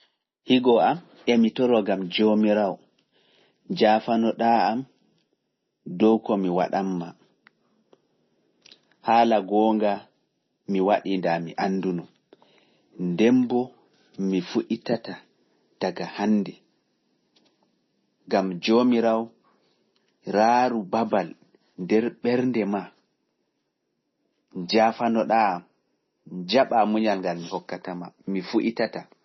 Higo am emitoro gam Joomiraawo, jaafano ɗaa am dow ko mi waɗan maa, haala goonga mi waɗii ndaa mi annduno, ndemboo mi fuɗitata daga hannde, gam Joomiraawo raaru babal nder ɓernde maa, jaafano ɗaa am jaɓaa muñal ngal mi hokkata ma, mi fuɗitata.